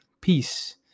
peace